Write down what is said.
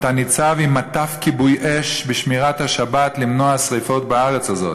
אתה ניצב עם מטף כיבוי אש בשמירת השבת למנוע שרפות בארץ הזאת,